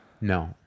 No